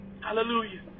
Hallelujah